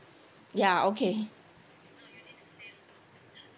ya okay